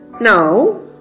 Now